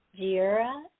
Jira